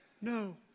no